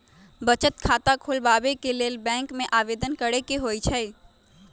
बचत खता खोलबाबे के लेल बैंक में आवेदन करेके होइ छइ